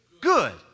good